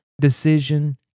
decision